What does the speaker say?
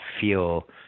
feel